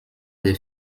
des